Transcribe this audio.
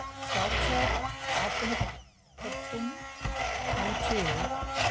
साक्षात् आपण कर्तुं नोचेत्